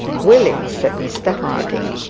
will it said mr harding.